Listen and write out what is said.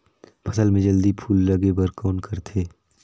फसल मे जल्दी फूल लगे बर कौन करथे?